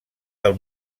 del